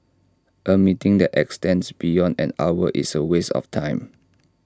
A meeting that extends beyond an hour is A waste of time